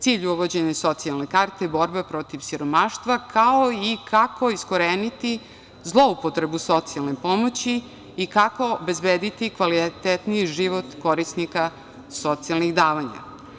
Cilj uvođenja socijalne karte je borba protiv siromaštva, kao i kako iskoreniti zloupotrebu socijalne pomoći i kako obezbediti kvalitetniji život korisnika socijalnih davanja.